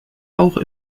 auch